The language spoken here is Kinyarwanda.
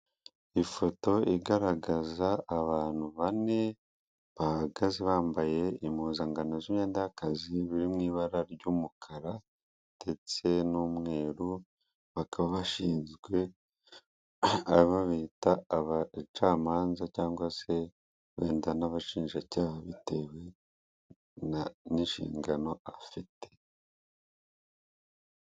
Ifoto igaragaza abantu bane bahagaze, bambaye impuzankano z'imyenda y'akazi ziri mu ibara ry'umukara ndetse n'umweru. Bakaba bashinzwe babita abacamanza cyangwa wenda se n' abashinjacyaha, bitewe n'inshingano bafite.